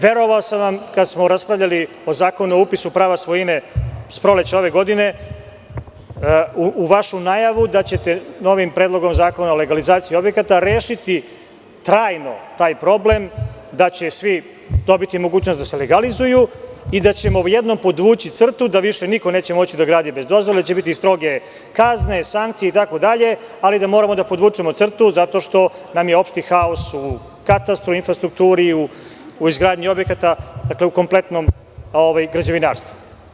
Verovao sam vam kada smo raspravljali o Zakonu o upisu prava svojine s proleća ove godine, u vašu najavu da ćete novim predlogom zakona o legalizaciji objekata rešiti trajno taj problem, da će svi dobiti mogućnost da se legalizuju i da ćemo jednom podvući crtu da više niko neće moći da gradi bez dozvole, da će biti stroge kazne, sankcije itd, ali da moramo da podvučemo crtu zato što nam je opšti haos u katastru, infrastrukturi, izgradnji objekata, u kompletnom građevinarstvu.